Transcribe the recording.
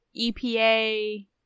EPA